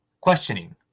questioning